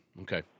Okay